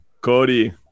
cody